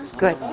good.